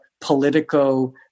Politico